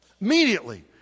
immediately